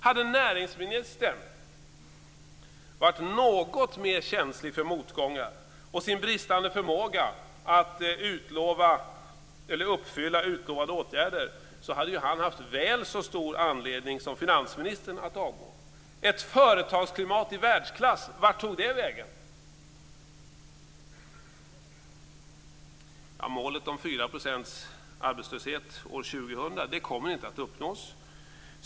Hade näringsministern varit något mer känslig för motgångar och sin bristande förmåga att uppfylla utlovade åtgärder, hade han haft väl så stor anledning som finansministern att avgå. "Ett företagsklimat i världsklass" - vart tog det vägen? Målet om 4 % arbetslöshet år 2000 kommer inte att uppnås.